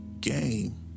game